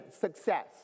success